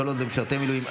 הקלות למשרתי מילואים),